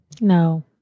No